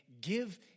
give